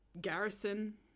garrison